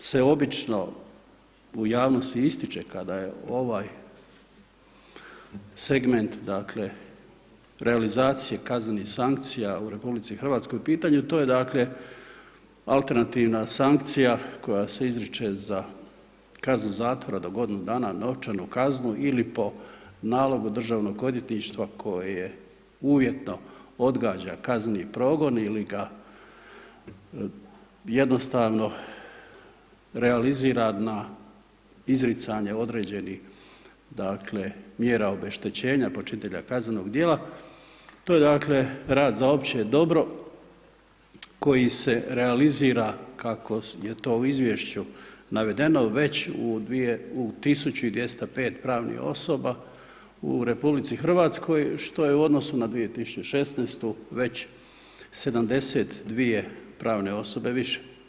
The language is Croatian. Ono što se obično u javnosti ističe kada je ovaj segment, dakle, realizacije kaznenih sankcija u RH u pitanju, to je, dakle, alternativna sankcija koja se izriče za kaznu zatvora do godinu dana, novčanu kaznu ili po nalogu Državnog odvjetništva koje uvjetno odgađa kazneni progon ili ga jednostavno realizira na izricanje određenih, dakle, mjera obeštećenja počinitelja kaznenog djela, to je, dakle, rad za opće dobro koji se realizira, kako je to u Izvješću navedeno, već u 1205 pravnih osoba u RH, što je u odnosu na 2016. već 72 pravne osobe više.